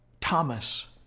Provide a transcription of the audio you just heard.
Thomas